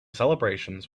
celebrations